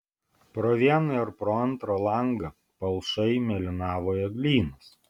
pro vieną ir pro antrą langą palšai mėlynavo eglynas